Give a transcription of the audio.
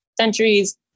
centuries